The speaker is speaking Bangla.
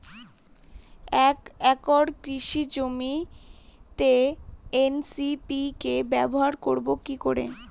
এক একর কৃষি জমিতে এন.পি.কে ব্যবহার করব কি করে?